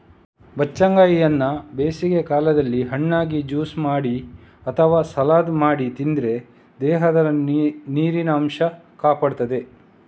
ಬಚ್ಚಂಗಾಯಿಯನ್ನ ಬೇಸಿಗೆ ಕಾಲದಲ್ಲಿ ಹಣ್ಣಾಗಿ, ಜ್ಯೂಸು ಮಾಡಿ ಅಥವಾ ಸಲಾಡ್ ಮಾಡಿ ತಿಂದ್ರೆ ದೇಹದ ನೀರಿನ ಅಂಶ ಕಾಪಾಡ್ತದೆ